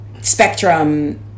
Spectrum